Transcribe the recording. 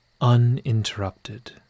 uninterrupted